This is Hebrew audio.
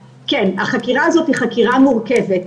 החקירה הזו היא חקירה מורכבת,